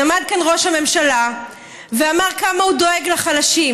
עמד כאן ראש הממשלה ואמר כמה הוא דואג לחלשים.